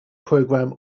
program